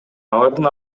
алардын